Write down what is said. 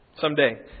Someday